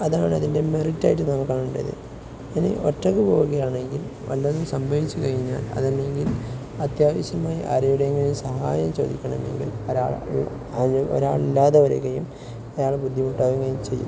അതാണ് അതിൻ്റെ മെറിറ്റായിട്ടു നാം കാണണ്ടത് ഇനി ഒറ്റയ്ക്കു പോവുകയാണെങ്കിൽ വല്ലതും സംഭവിച്ചു കഴിഞ്ഞാൽ അതല്ലെങ്കിൽ അത്യാവശ്യമായി ആരുടെയെങ്കിലും സഹായം ചോദിക്കണമെങ്കിൽ ഒരാൾ ഒരാളില്ലാതെവരുകയും അയാൾ ബുദ്ധിമുട്ടാവുകയും ചെയ്യും